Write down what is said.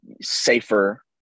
safer